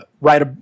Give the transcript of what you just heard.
right